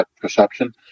perception